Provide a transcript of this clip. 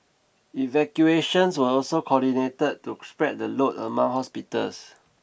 evacuations were also coordinated to spread the load among hospitals